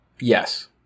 Yes